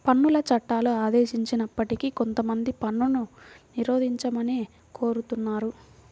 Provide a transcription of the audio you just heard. పన్నుల చట్టాలు ఆదేశిస్తున్నప్పటికీ కొంతమంది పన్నును నిరోధించమనే కోరుతున్నారు